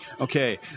Okay